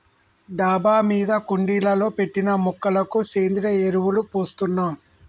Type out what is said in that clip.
డాబా మీద కుండీలలో పెట్టిన మొక్కలకు సేంద్రియ ఎరువులు పోస్తున్నాం